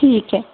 ठीक आहे